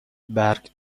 برگ